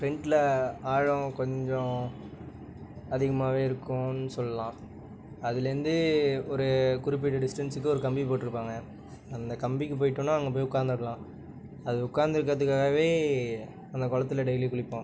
ஃபிரன்ட்டில் ஆழம் கொஞ்சம் அதிகமாகவே இருக்கும்னு சொல்லலாம் அதுலேருந்து ஒரு குறிப்பிட்ட டிஸ்டன்ஸுக்கு ஒரு கம்பி போட்டிருப்பாங்க அந்த கம்பிக்கு போய்விட்டோனா அங்கே போய் உட்காந்தர்லாம் அது உட்காந்துருக்கிறதுக்காகவே அந்த குளத்துல டெய்லியும் குளிப்போம்